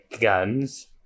guns